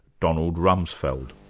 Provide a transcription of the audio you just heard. donald rumsfeld.